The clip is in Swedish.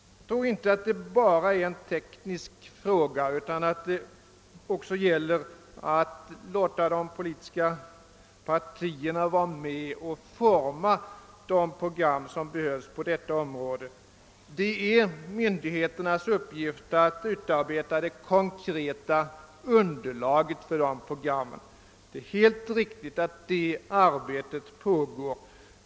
Jag tror inte att det här gäller enbart en teknisk fråga; det gäller också att låta de politiska partierna vara med och utforma programmet. Det är myndigheternas uppgift att utarbeta det konkreta underlaget för dessa program, och det är helt riktigt att ett sådant arbete pågår.